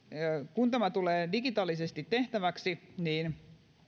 kun tämä tulee digitaalisesti tehtäväksi niin